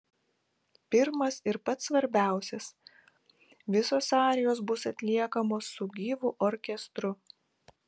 pirmas ir pats svarbiausias visos arijos bus atliekamos su gyvu orkestru